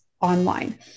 online